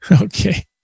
Okay